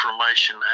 information